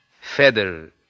Feather